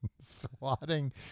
Swatting